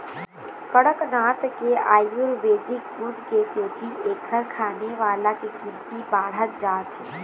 कड़कनाथ के आयुरबेदिक गुन के सेती एखर खाने वाला के गिनती बाढ़त जात हे